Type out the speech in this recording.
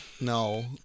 No